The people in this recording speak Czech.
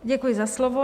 Děkuji za slovo.